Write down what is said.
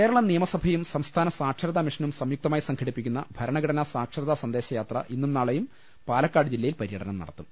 കേരള നിയമസഭയും സംസ്ഥാന സാക്ഷരതാ മിഷനും സംയുക്തമായി സംഘടിപ്പിക്കുന്ന ഭരണഘടനാ സാക്ഷരതാ സന്ദേശ യാത്ര ഇന്നും നാളെയും പാലക്കാട് ജില്ലയിൽ പരൃടനം നടത്തും